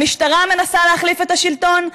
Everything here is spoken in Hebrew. המשטרה מנסה להחליף את השלטון?